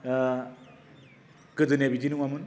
गोदोनिया बिदि नङामोन